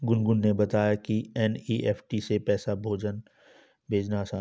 गुनगुन ने बताया कि एन.ई.एफ़.टी से पैसा भेजना आसान है